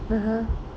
(uh huh)